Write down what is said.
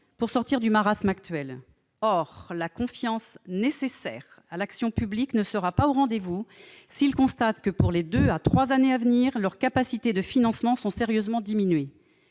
pour sortir du marasme actuel. Or la confiance nécessaire à l'action publique ne sera pas au rendez-vous s'ils constatent que, pour les deux à trois années à venir, leurs capacités de financement sont sérieusement diminuées.